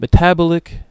metabolic